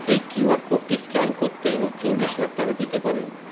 এই কিউআর কোডটি স্ক্যান করতে এবং চল্লিশ হাজার টাকা দিতে পারেন